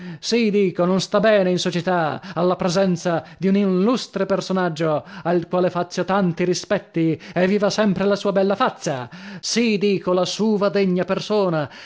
dico non sta bene in società alla presenza di un inlustre personaggio al quale faccio tanti rispetti e viva sempre la sua bella fazza sì dico la suva degna persona